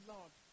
Lord